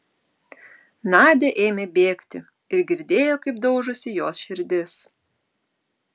nadia ėmė bėgti ir girdėjo kaip daužosi jos širdis